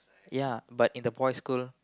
ya but in the boys school